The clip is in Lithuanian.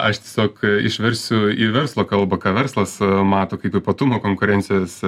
aš tiesiog išversiu į verslo kalbą ką verslas mato kaip ypatumą konkurencijos